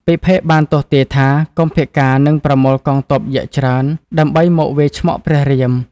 ពិភេកបានទស្សន៍ទាយថា កុម្ពកាណ៍ នឹងប្រមូលកងទ័ពយក្សច្រើន ដើម្បីមកវាយឆ្មក់ព្រះរាម ។